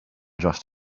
just